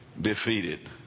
defeated